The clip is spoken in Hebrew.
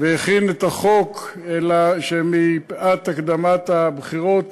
והכין את החוק, אלא שמפאת הקדמת הבחירות